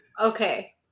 Okay